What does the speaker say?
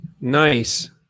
Nice